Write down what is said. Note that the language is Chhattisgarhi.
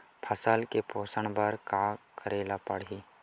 फसल के पोषण बर का करेला पढ़ही?